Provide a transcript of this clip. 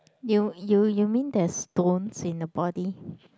you you you mean there's stones in the body